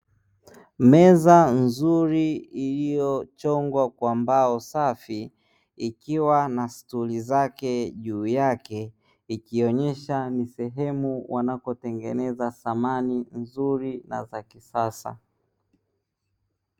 Meza nzuri iliyochongwa kwa mbao safi, ikiwa na stuli zake juu yake; ikionyesha ni sehemu wanapotengeza samani nzuri na za kisasa.